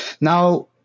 now